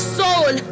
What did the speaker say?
soul